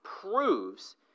proves